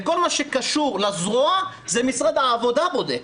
כל מה שקשור לזרוע משרד העבודה בודק.